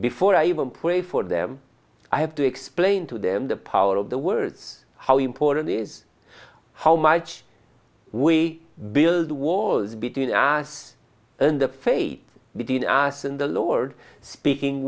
before i even pray for them i have to explain to them the power of the words how important is how much we build walls between us and the fates between us and the lord speaking